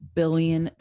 billion